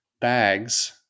bags